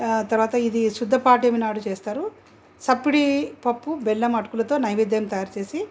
ఆ తర్వాత ఇది శుద్ధ పాడ్యమినాడు చేస్తారు సప్పిడి పప్పు బెల్లం అటుకులతో నైవేద్యం తయారు చేసి